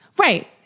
Right